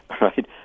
Right